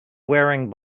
wearing